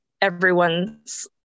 everyone's